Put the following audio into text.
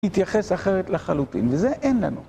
התייחס אחרת לחלוטין, וזה אין לנו.